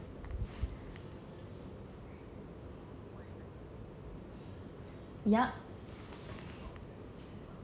ya